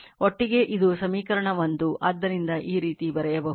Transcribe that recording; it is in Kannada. ಒಟ್ಟಿಗೆ ಇದು ಸಮೀಕರಣ 1 ಆದ್ದರಿಂದ ಈ ರೀತಿ ಬರೆಯಬಹುದು